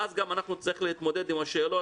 ואז גם אנחנו נצטרך להתמודד עם השאלות,